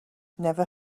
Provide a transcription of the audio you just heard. never